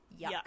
Yuck